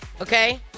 okay